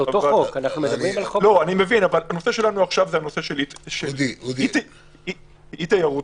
הנושא שלנו עכשיו עיר תיירותית.